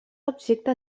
objecte